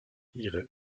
ihre